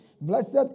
Blessed